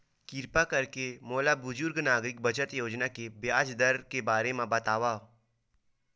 किरपा करके मोला बुजुर्ग नागरिक बचत योजना के ब्याज दर के बारे मा बतावव